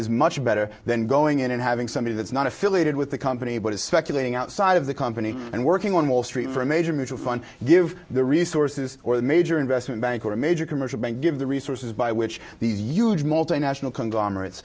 is much better than going in and having somebody that's not affiliated with the company but is speculating outside of the company and working on wall street for a major mutual fund give the resources or the major investment bank or a major commercial bank give the resources by which these huge multinational conglomerates